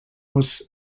was